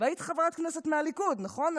והיית חברת כנסת מהליכוד, נכון?